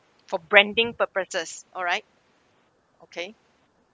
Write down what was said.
for branding purposes alright okay